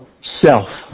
self